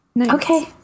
Okay